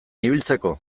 ibiltzeko